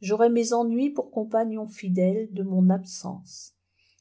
j'aurai mes ennuis pour compagnons fidèles de mon absence